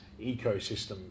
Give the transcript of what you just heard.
ecosystem